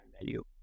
value